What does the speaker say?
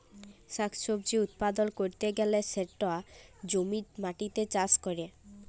শাক সবজি উৎপাদল ক্যরতে গ্যালে সেটা জমির মাটিতে চাষ ক্যরে